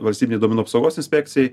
valstybinėj duomenų apsaugos inspekcijai